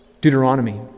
Deuteronomy